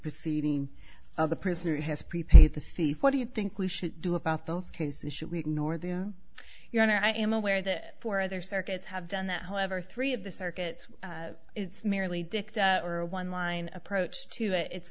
proceeding of the prisoner has pre paid the fee what do you think we should do about those cases should we ignore them your honor i am aware that for other circuits have done that however three of the circuits it's merely dicta or a one line approach to it it's